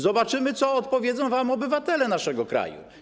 Zobaczymy, co odpowiedzą wam obywatele naszego kraju.